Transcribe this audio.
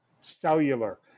cellular